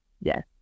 yes